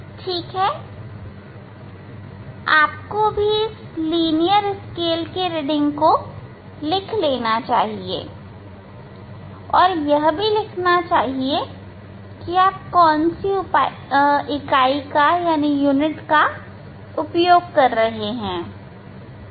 ठीक है आपको इस लीनियर स्केल की रीडिंग को लिख लेना चाहिए और आप कौन सी इकाई उपयोग कर रहे हैं